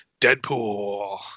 Deadpool